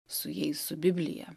su jais su biblija